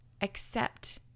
accept